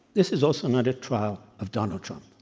this is also not a trial of donald trump.